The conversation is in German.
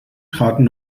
traten